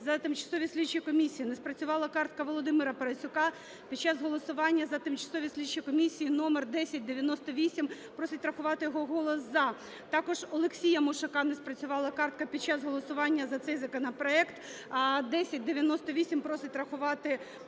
за тимчасові слідчі комісії. Не спрацювала картка ВолодимираПарасюка під час голосування за тимчасові слідчі комісії (№ 1098). Просить врахувати його голос "за". Також ОлексіяМушака не спрацювала картка під час голосування за цей законопроект 1098. Просить врахувати "за".